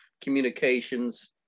communications